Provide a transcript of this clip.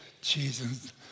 Jesus